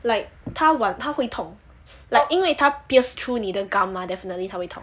like 他晚他会痛 like 因为他 pierce through 你的 gum 吗 definitely 他会痛